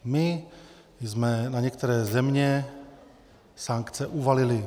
My jsme na některé země sankce uvalili.